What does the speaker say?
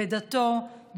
בדתו,